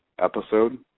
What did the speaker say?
episode